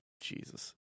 Jesus